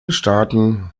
starten